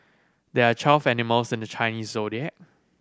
there are twelve animals in the Chinese Zodiac